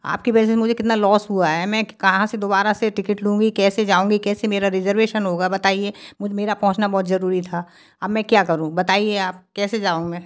आप की वजह से मुझे कितना लॉस हुआ है मैं कहाँ से दोबारा से टिकेट लूँगी कैसे जाऊँगी कैसे मेरा रिज़र्वेशन होगा बताइए मेरा पहुंचना बहुत ज़रूरी था अब मैं क्या करूँ बताइए आप कैसे जाऊँ मैं